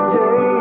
day